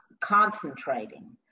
concentrating